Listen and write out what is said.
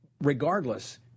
Regardless